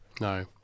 no